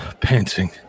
panting